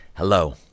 Hello